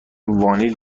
وانیل